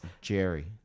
Jerry